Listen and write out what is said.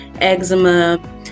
eczema